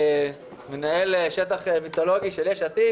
מנהל שטח מיתולוגי של יש עתיד,